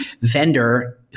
vendor